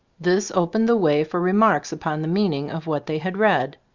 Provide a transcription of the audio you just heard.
this opened the way for remarks upon the mean ing of what they had read.